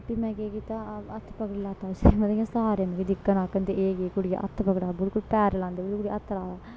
फ्ही में केह् कीता हत्थ पकड़ी लैता उसी मतलब इ'यां सारे मिकी दिक्खन आखन ते एह् केह् कुड़ियै दा हत्थ पकड़ा बूट पैरे लांदे बूट ते इस हत्थ लाए दा